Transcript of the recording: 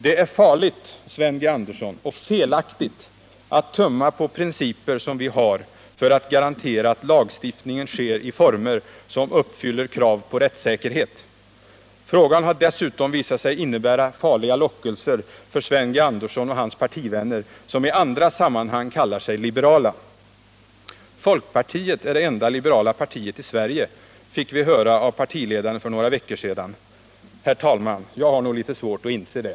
Det är farligt och felaktigt, Sven G. Andersson, att tumma på principer som vi har för att garantera att lagstiftningen sker i former som uppfyller krav på rättssäkerhet. Frågan har dessutom visat sig innebära farlig lockelse för Sven G. Andersson och hans partivänner, som i andra sammanhang kallar sig liberala. Folkpartiet är det enda liberala partiet i Sverige, fick vi höra av partiledaren för några veckor sedan. Herr talman! Jag har nog litet svårt att inse det.